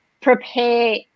prepare